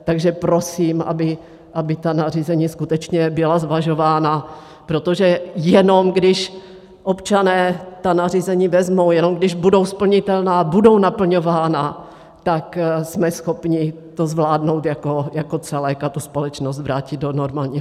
Takže prosím, aby ta nařízení skutečně byla zvažována, protože jenom když občané ta nařízení vezmou, jenom když budou splnitelná, budou naplňována, tak jsme schopni to zvládnout jako celek a tu společnosti vrátit do normálního života.